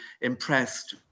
impressed